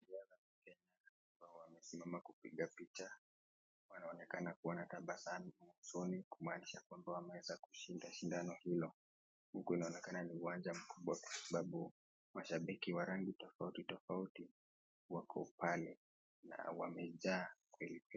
Wanariadha wa Kenya wamesimama kupiga picha wanaonekana kua na tabasamu usoni, kumanisha kwamba wameweza kushinda shindano hilo. Huku inaonekana ni uwanja mkubwa kwa sababu mashabiki wa rangi tofauti tofauti wako pale na wamejaa kweli kweli.